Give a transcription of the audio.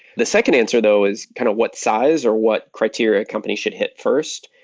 the second answer though is kind of what size or what criteria company should hit first.